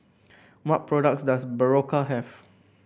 what products does Berocca have